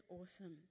awesome